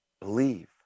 believe